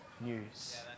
news